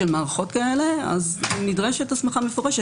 של מערכות כאלה אז נדרשת הסמכה מפורשת.